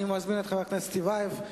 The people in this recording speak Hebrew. אני מזמין את חבר הכנסת רוברט טיבייב.